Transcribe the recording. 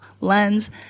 lens